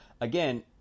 again